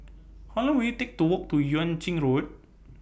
How Long Will IT Take to Walk to Yuan Ching Road